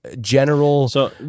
General